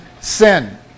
sin